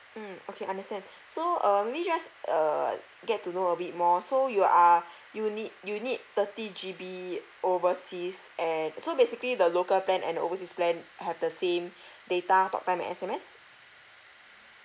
mm okay understand so uh maybe just uh get to know a bit more so you are you need you need thirty G_B overseas and so basically the local plan and overseas plan have the same data talk time and S_M_S